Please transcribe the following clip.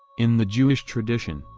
in the jewish tradition,